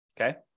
Okay